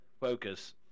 focus